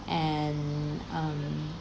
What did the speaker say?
and um